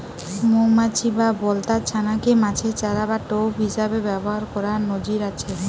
মউমাছি বা বলতার ছানা কে মাছের চারা বা টোপ হিসাবে ব্যাভার কোরার নজির আছে